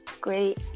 great